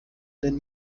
denn